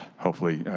hopefully,